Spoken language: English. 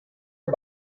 are